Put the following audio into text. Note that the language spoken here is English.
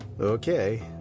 okay